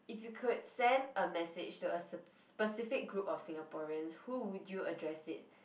if you could send a message to a spe~ specific group of Singaporeans who would you address it